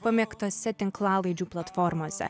pamėgtose tinklalaidžių platformose